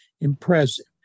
impressive